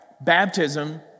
baptism